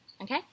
Okay